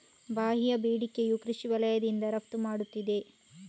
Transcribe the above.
ಬಾಹ್ಯ ಬೇಡಿಕೆಯು ಕೃಷಿ ವಲಯದಿಂದ ರಫ್ತು ಮಾಡುತ್ತಿದೆ